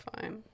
fine